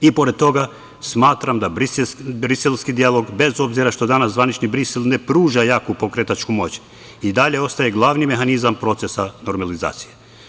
I pored toga, smatram da briselski dijalog, bez obzira što danas zvanični Brisel ne pruža jaku pokretačku moć, i dalje ostaje glavni mehanizam procesa normalizacije.